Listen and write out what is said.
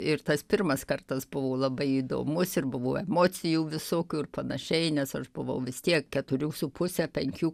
ir tas pirmas kartas buvo labai įdomus ir buvo emocijų visokių ir panašiai nes aš buvau vis tiek keturių su puse penkių